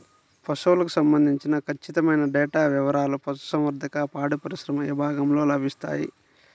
పశువులకు సంబంధించిన ఖచ్చితమైన డేటా వివారాలు పశుసంవర్ధక, పాడిపరిశ్రమ విభాగంలో లభిస్తాయి